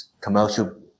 commercial